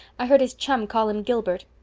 i heard his chum call him gilbert.